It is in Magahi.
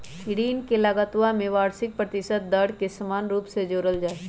ऋण के लगतवा में वार्षिक प्रतिशत दर के समान रूप से जोडल जाहई